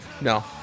No